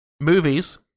movies